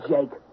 Jake